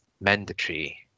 mandatory